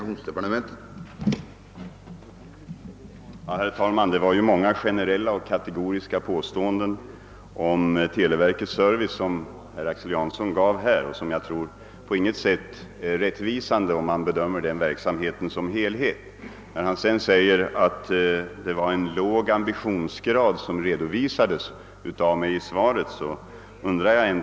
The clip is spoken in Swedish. Herr talman! Det var många generella och kategoriska påståenden om televerkets service som herr Axel Jansson gjorde. Jag tror att de på intet sätt är rättvisande, om man bedömer denna verksamhet som helhet. Herr Jansson anser att jag visade en låg ambitionsgrad i mitt svar.